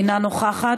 אינה נוכחת,